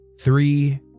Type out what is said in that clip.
Three